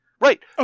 Right